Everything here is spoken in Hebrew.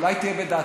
אולי תהיה בדעתי?